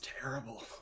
terrible